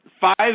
five